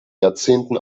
jahrzehnten